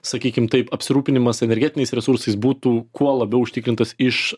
sakykim taip apsirūpinimas energetiniais resursais būtų kuo labiau užtikrintas iš